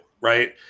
right